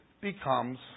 becomes